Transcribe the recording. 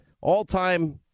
all-time